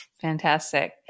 fantastic